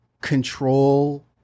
control